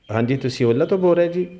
ਹਾਂਜੀ ਤੁਸੀਂ ਓਲਾ ਤੋਂ ਬੋਲ ਰਹੇ ਜੀ